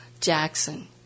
Jackson